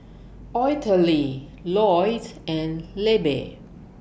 Ottilie Lloyd and Libbie